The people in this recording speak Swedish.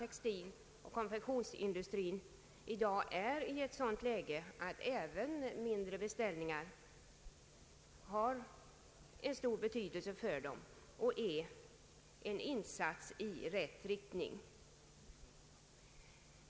Textiloch konfektionsindustrin är faktiskt i dag i ett sådant läge att även mindre beställningar har stor betydelse och utgör insatser i rätt riktning.